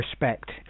respect